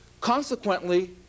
Consequently